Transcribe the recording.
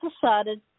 decided